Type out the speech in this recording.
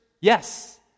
Yes